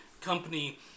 company